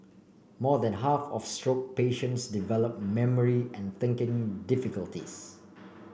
more than half of stroke patients develop memory and thinking difficulties